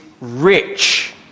rich